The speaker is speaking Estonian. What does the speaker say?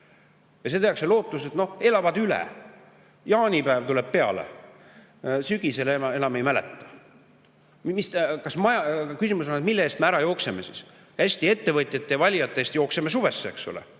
Seda tehakse lootuses, et elavad üle, jaanipäev tuleb peale, sügisel enam ei mäleta. Küsimus on, mille eest me ära jookseme siis. Hästi, ettevõtjate ja valijate eest jookseme suvesse, eks ole.